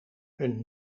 een